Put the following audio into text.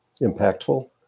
impactful